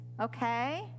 okay